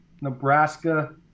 Nebraska